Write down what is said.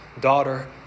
daughter